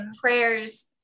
prayers